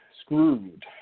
screwed